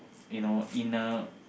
you know inner